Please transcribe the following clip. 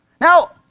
Now